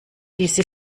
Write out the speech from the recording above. diese